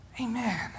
Amen